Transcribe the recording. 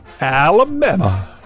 Alabama